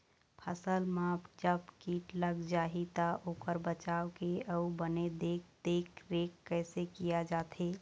फसल मा जब कीट लग जाही ता ओकर बचाव के अउ बने देख देख रेख कैसे किया जाथे?